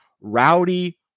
rowdy